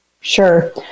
Sure